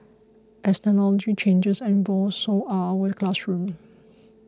as technology changes and evolves so are our classrooms